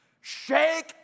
shake